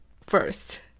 first